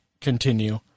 continue